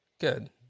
good